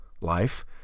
life